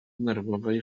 nerwowej